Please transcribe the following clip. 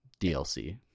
DLC